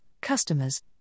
customers